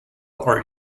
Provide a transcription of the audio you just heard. are